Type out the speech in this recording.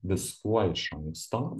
viskuo iš anksto